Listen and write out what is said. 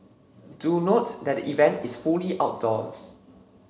do note that the event is fully outdoors